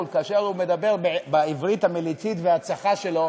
כאשר הוא מדבר בעברית המליצית והצחה שלו?